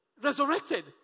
resurrected